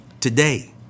Today